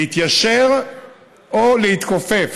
להתיישר או להתכופף,